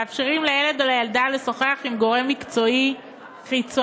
הם מאפשרים לילד או לילדה לשוחח עם גורם מקצועי חיצוני,